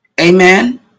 Amen